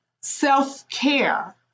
self-care